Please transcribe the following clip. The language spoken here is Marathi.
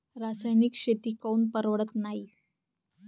रासायनिक शेती काऊन परवडत नाई?